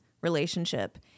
relationship